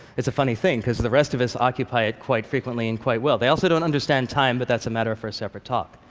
it's a funny thing because the rest of us occupy it quite frequently and quite well. they also don't understand time, but that's a matter for a separate talk.